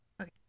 Okay